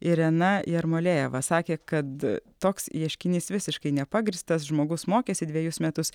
irena jermolėjava sakė kad toks ieškinys visiškai nepagrįstas žmogus mokėsi dvejus metus